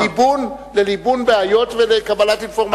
לליבון בעיות ולקבלת אינפורמציה.